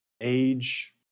age